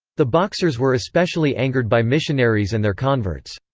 the boxers were especially angered by missionaries and their converts.